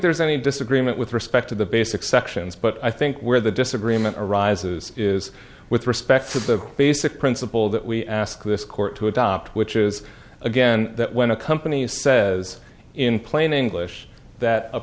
there's any disagreement with respect to the basic sections but i think where the disagreement arises is with respect to the basic principle that we ask this court to adopt which is again that when a company says in plain english that